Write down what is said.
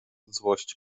złość